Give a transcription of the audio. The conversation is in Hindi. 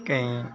कहीं